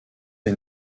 est